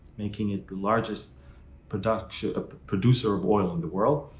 making it the largest producer of producer of oil in the world.